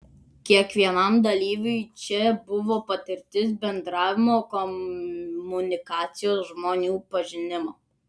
kiekvienam dalyviui čia buvo patirtis bendravimo komunikacijos žmonių pažinimo